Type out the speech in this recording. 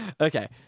Okay